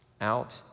out